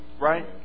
Right